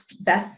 best